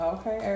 Okay